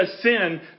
sin